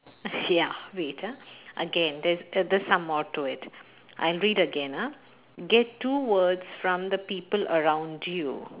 ya wait ah again there's the~ there's some more to it I read again ah get two words from the people around you